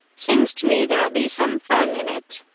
seems to me there'll be some fun in it.